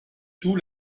toux